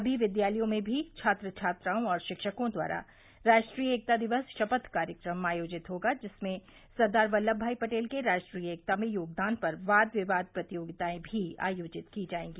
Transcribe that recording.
समी विद्यालयों में भी छात्र छात्राओं और शिक्षकों द्वारा राष्ट्रीय एकता दिवस शप्थ कार्यक्रम आयोजित होगा जिसमें सरदार वल्लम भाई पटेल के राष्ट्रीय एकता में योगदान पर वाद विवाद प्रतियोगिताएं भी आयोजित की जायेंगी